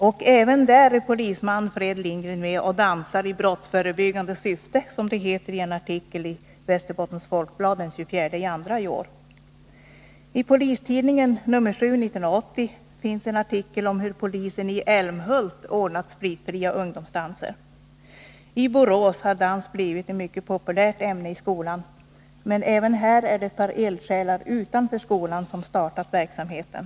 Och även där är polisman Fred Lindgren med och dansar i brottsförebyggande syfte, som det heter i en artikel i Västerbottens Folkblad den 24 februari i år. I Polistidningen nr 7 för 1980 finns en artikel om hur polisen i Älmhult ordnat spritfria ungdomsdanser. I Borås har dans blivit ett mycket populärt ämne i skolan. Men även här är det ett par eldsjälar utanför skolan som startat verksamheten.